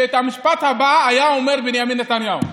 שאת המשפט הבא היה אומר בנימין נתניהו